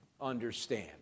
understand